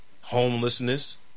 homelessness